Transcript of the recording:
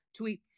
tweets